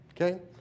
Okay